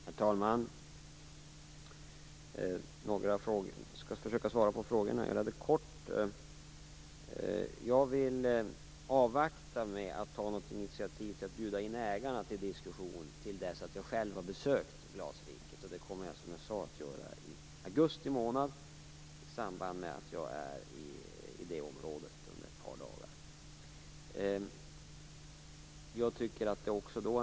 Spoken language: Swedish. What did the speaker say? Herr talman! Jag skall försöka svara på frågorna helt kort. Jag vill avvakta med att ta initiativ till att bjuda in ägarna till en diskussion tills jag själv har besökt glasriket. Det kommer jag, som sagt, att göra i augusti månad i samband att jag under ett par dagar besöker det området.